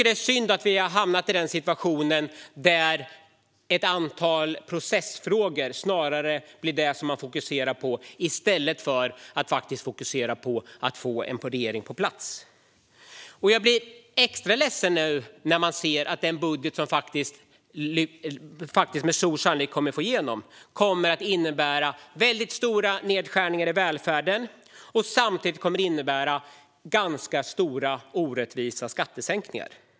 Det är synd att vi har hamnat i situationen att man snarare fokuserar på ett antal processfrågor än på att få en regering på plats. Jag blir extra ledsen när jag ser att den budget som med stor sannolikhet kommer att gå igenom kommer att innebära stora nedskärningar i välfärden och samtidigt ganska stora orättvisa skattesänkningar.